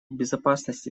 безопасности